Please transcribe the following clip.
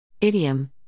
Idiom